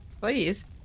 Please